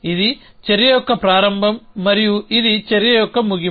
ఇది చర్య యొక్క ప్రారంభం మరియు ఇది చర్య యొక్క ముగింపు